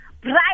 bright